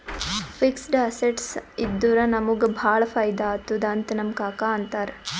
fixed assets ಇದ್ದುರ ನಮುಗ ಭಾಳ ಫೈದಾ ಆತ್ತುದ್ ಅಂತ್ ನಮ್ ಕಾಕಾ ಅಂತಾರ್